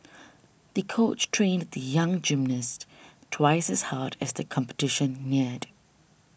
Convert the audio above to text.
the coach trained the young gymnast twice as hard as the competition neared